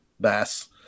Bass